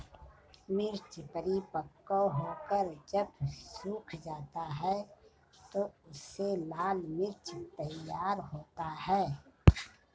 मिर्च परिपक्व होकर जब सूख जाता है तो उससे लाल मिर्च तैयार होता है